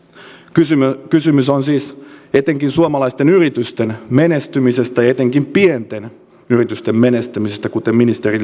kysymys kysymys on siis etenkin suomalaisten yritysten menestymisestä ja etenkin pienten yritysten menestymisestä kuten ministeri